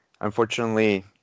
Unfortunately